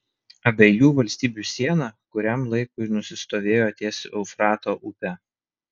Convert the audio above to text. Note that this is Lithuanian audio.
abiejų valstybių siena kuriam laikui nusistovėjo ties eufrato upe